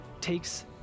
takes